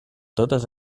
totes